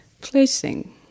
placing